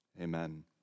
Amen